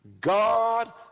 God